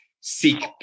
seek